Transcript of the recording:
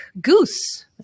goose